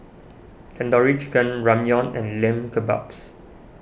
Tandoori Chicken Ramyeon and Lamb Kebabs